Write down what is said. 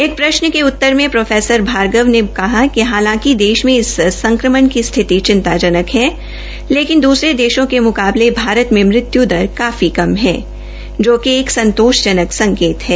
एक प्रश्न उतर में प्रोभार्गव ने कहा कि हालांकि देश मे इस संक्रमण की स्थिति चिंताजनक है लेकिन दूसरे देशों के मुकाबले भारत में मृत्यू दर काफी कम है जोकि एक संतोषजनत संकेत है